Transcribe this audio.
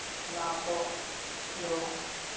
ᱚᱱᱟᱛᱚ ᱫᱚ